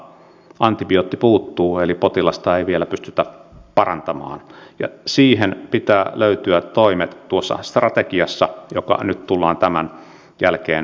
mutta antibiootti puuttuu eli potilasta ei vielä pystytä parantamaan ja siihen pitää löytyä toimet tuossa strategiassa joka tullaan tämän jälkeen laatimaan